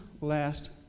last